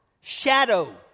shadow